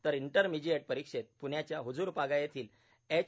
तर इंटरमिजिएट परीक्षेत पृण्याच्या हज्र पागा येथील एच